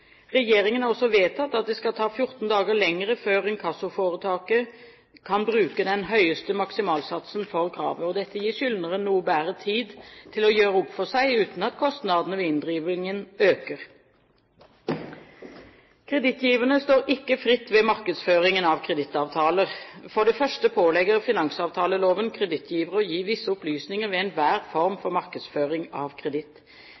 Regjeringen har også vedtatt at det skal ta 14 dager lenger før inkassoforetaket kan bruke den høyeste maksimalsatsen for kravet. Dette gir skyldneren noe bedre tid til å gjøre opp for seg uten at kostnadene ved inndrivingen økes. Kredittgiverne står ikke fritt ved markedsføringen av kredittavtaler. For det første pålegger finansavtaleloven kredittgivere å gi visse opplysninger ved enhver form for markedsføring av kreditt.